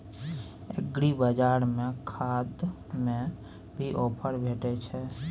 एग्रीबाजार में खाद में भी ऑफर भेटय छैय?